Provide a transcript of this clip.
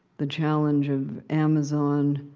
the challenge of amazon,